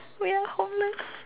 we are homeless